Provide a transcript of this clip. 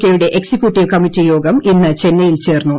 കെയുടെ എക്സിക്യൂട്ടീവ് കമ്മിറ്റിയോഗം ഇന്ന് ചെ്ന്നൈയിൽ ചേർന്നു